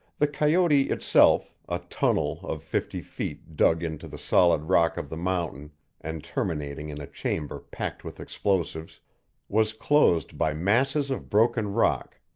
the coyote itself a tunnel of fifty feet dug into the solid rock of the mountain and terminating in a chamber packed with explosives was closed by masses of broken rock,